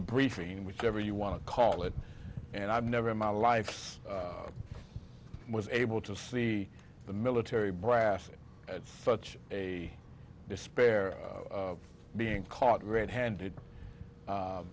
the briefing whichever you want to call it and i've never in my life was able to see the military brass and at such a despair being caught red handed